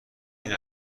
این